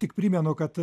tik primenu kad